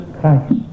christ